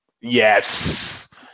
Yes